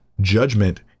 judgment